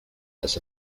has